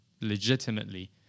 legitimately